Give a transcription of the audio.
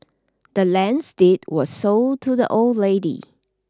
the land's deed were sold to the old lady